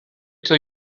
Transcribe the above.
till